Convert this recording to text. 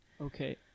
Okay